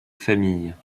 famille